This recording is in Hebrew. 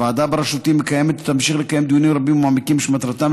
הוועדה בראשותי מקיימת ותמשיך לקיים דיונים רבים ומעמיקים שמטרתם